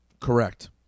Correct